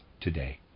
today